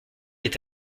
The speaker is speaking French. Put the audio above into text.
est